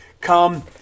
come